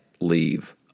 leave